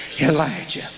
Elijah